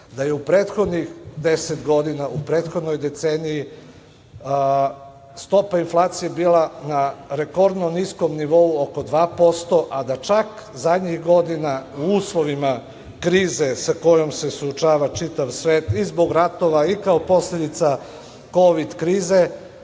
Da je u prethodnih deset godina, u prethodnoj deceniji stopa inflacije bila na rekordno nikom nivou, oko 2%, a da čak zadnjih godina u uslovima krize sa kojom se suočava čitav svet i zbog ratova i kao posledica kovid krize,